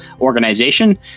organization